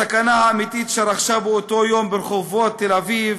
הסכנה האמיתית שרחשה באותו יום ברחובות תל-אביב,